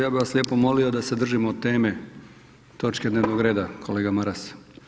Ja bih vas lijepo molio da se držimo teme točke dnevnog reda, kolega Maras.